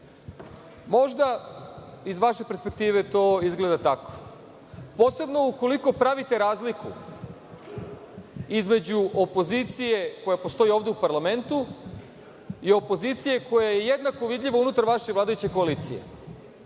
Možda iz vaše perspektive to izgleda tako. Posebno ukoliko pravite razliku između opozicije koja postoji ovde u parlamentu i opozicije koja je jednako vidljiva unutar vaše vladajuće koalicije,